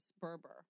Berber